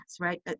Right